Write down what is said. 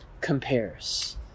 compares